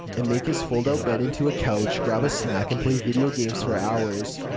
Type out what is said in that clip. and make his fold-out bed into a couch, grab a snack, and play video games for hours.